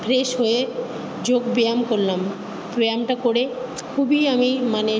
fresh হয়ে যোগ ব্যায়াম করলাম ব্যায়ামটা করে খুবই আমি মানে